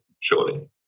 surely